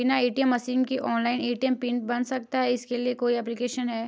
बिना ATM machine के online ATM PIN बन सकता है इसके लिए कोई ऐप्लिकेशन है?